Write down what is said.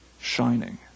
shining